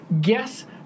Guess